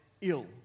ill